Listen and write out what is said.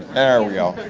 there we go.